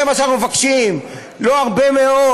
זה מה שאנחנו מבקשים, לא הרבה מאוד.